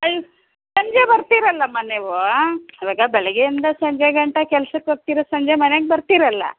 ಸಂಜೆ ಬರ್ತೀರಲ್ಲಮ್ಮ ನೀವು ಇವಾಗ ಬೆಳಗ್ಗಿಂದ ಸಂಜೆಗಂಟ ಕೆಲಸಕ್ಕೋಗ್ತೀರ ಸಂಜೆ ಮನೆಗೆ ಬರ್ತೀರಲ್ಲ